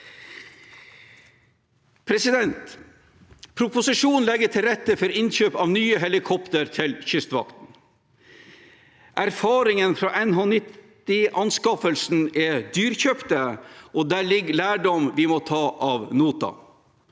i salen. Proposisjonen legger til rette for innkjøp av nye helikopter til Kystvakten. Erfaringene fra NH90-anskaffelsen er dyrekjøpte, og der ligger det lærdom vi må ta ad notam.